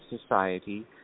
society